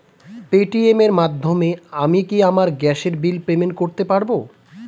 Paytm এর মাধ্যমে আমি কি আমার গ্যাসের বিল পেমেন্ট করতে পারব?